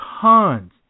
tons